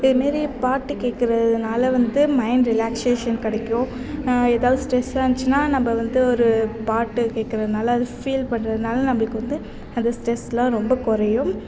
இது மாரி பாட்டு கேட்குறதுனால வந்து மைண்ட் ரிலாக்ஸேஷன் கிடைக்கும் ஏதாவது ஸ்ட்ரெஸ்ஸாக இருந்துச்சுன்னா நம்ம வந்து ஒரு பாட்டு கேட்குறனால அதை ஃபீல் பண்ணுறதுனால நம்மளுக்கு வந்து அந்த ஸ்ட்ரெஸ்லாம் ரொம்ப குறையும்